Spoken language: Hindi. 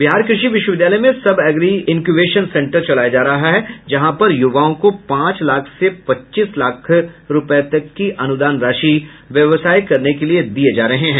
बिहार कृषि विश्वविद्यालय में सब एग्री इक्यूवेशन सेंटर चलाया जा रहा है जहां पर युवाओं को पांच लाख से पच्चीस लाख रुपए तक की अनुदान राशि व्यवसाय करने के लिए दिये जा रहे है